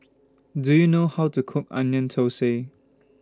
Do YOU know How to Cook Onion Thosai